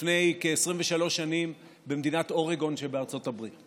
לפני כ-23 שנים במדינת אורגון שבארצות הברית.